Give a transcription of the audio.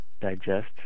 digest